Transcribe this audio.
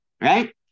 right